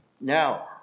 Now